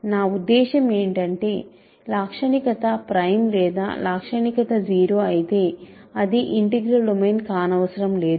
నా ఉద్దేశ్యం ఏమిటంటే లాక్షణికత ప్రైమ్ లేదా లాక్షణికత 0 అయితే అది ఇంటిగ్రల్ డొమైన్ కానవసరం లేదు